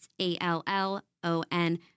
A-L-L-O-N